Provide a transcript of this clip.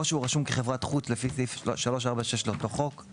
או שהוא רשום כחברת חוץ לפי סעיף 346 לאותו חוק;